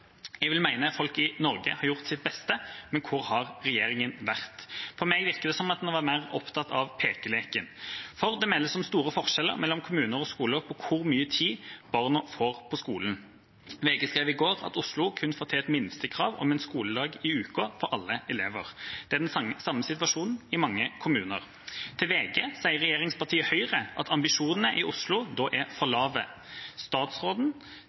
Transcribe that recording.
Jeg vil mene at folk i Norge har gjort sitt beste, men hvor har regjeringen vært? På meg virker det som man var mer opptatt av pekeleken. For det meldes om store forskjeller mellom kommuner og skoler på hvor mye tid barna får på skolen. VG skrev i går at Oslo kun får til et minstekrav om én skoledag i uka for alle elever. Det er den samme situasjonen i mange kommuner. Til VG sier regjeringspartiet Høyre at ambisjonene i Oslo da er for lave. Statsråden